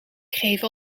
geven